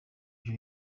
ibyo